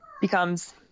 becomes